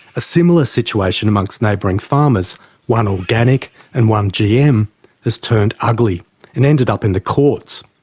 a similar situation amongst neighbouring farmers one organic and one gm has turned ugly and ended up in the courts.